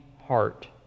heart